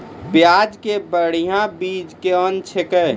प्याज के बढ़िया बीज कौन छिकै?